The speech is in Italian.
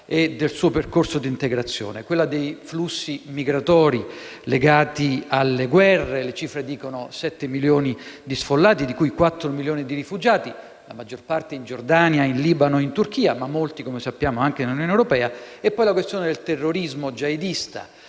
e del suo percorso di integrazione. Una è quella dei flussi migratori legati alle guerre. Le cifre parlano di 7 milioni di sfollati, di cui 4 milioni di rifugiati, la maggior parte in Giordania, in Libano e in Turchia, ma molti - come sappiamo - anche in Unione europea. Vi è, poi, la questione del terrorismo jihadista,